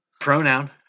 Pronoun